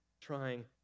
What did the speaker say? trying